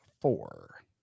four